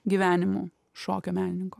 gyvenimu šokio menininko